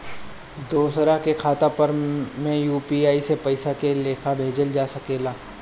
दोसरा के खाता पर में यू.पी.आई से पइसा के लेखाँ भेजल जा सके ला?